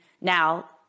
now